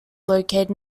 located